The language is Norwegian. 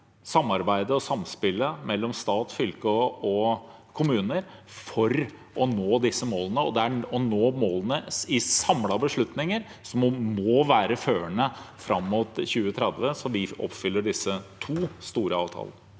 samarbeidet og samspillet mellom stat, fylker og kommuner for å nå disse målene? Det er å nå målene i samlede beslutninger som må være førende fram mot 2030, om vi skal oppfylle disse to store avtalene.